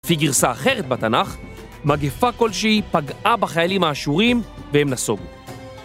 לפי גרסה אחרת בתנ״ך, מגפה כלשהי, פגעה בחיילים האשורים והם נסוגו.